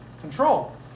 Control